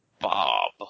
Bob